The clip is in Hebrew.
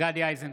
גדי איזנקוט,